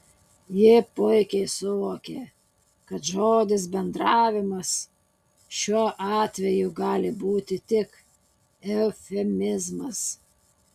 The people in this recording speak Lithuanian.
ji puikiai suvokė kad žodis bendravimas šiuo atveju gali būti tik eufemizmas